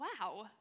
wow